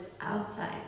outside